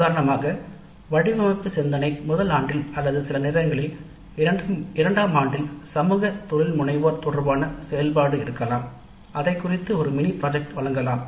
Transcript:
உதாரணமாக வடிவமைப்பு சிந்தனை முதல் ஆண்டில் அல்லது சில நேரங்களில் இரண்டாம் ஆண்டில் சமூக தொழில்முனைவோர் தொடர்பான செயல்பாடு இருக்கலாம் அதைக்குறித்து ஒரு மினி ப்ராஜெக்ட் வழங்கலாம்